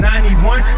91